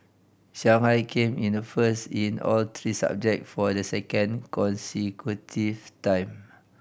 Shanghai came in first in all three subject for the second consecutive time